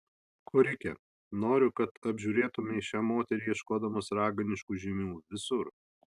korike noriu kad apžiūrėtumei šią moterį ieškodamas raganiškų žymių visur